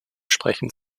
sprechen